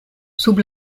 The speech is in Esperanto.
sub